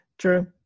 True